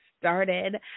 started